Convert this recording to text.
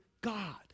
God